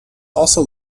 also